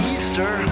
Easter